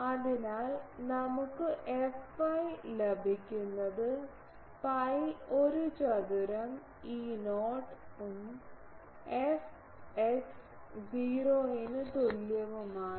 അതിനാൽ നമുക്ക് fy ലഭിക്കുന്നത് pi ഒരു ചതുരം E0 ഉം fx 0 ന് തുല്യവുമാണ്